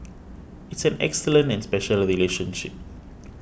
it's an excellent and special relationship